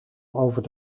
over